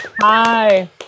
Hi